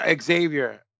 Xavier